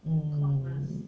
mm